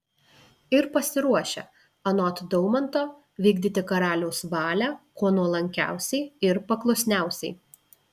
ir pasiruošę anot daumanto vykdyti karaliaus valią kuo nuolankiausiai ir paklusniausiai